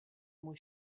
was